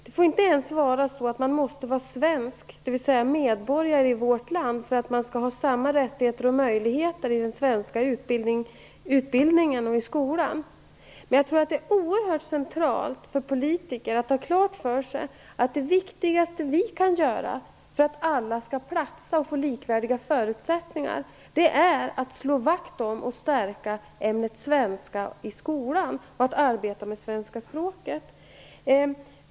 Det får inte ens vara så att man måste vara svensk, dvs. medborgare i vårt land, för att ha samma rättigheter och möjligheter i den svenska skolan. Jag tror att det är oerhört centralt för politiker att ha klart för sig att det viktigaste vi kan göra för att alla skall platsa och få likvärdiga förutsättningar är att slå vakt om och stärka ämnet svenska i skolan och att arbeta med svenska språket.